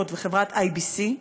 "הוט" וחברת IBC,